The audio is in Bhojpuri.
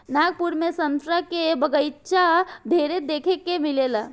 नागपुर में संतरा के बगाइचा ढेरे देखे के मिलेला